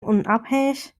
unabhängig